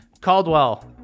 Caldwell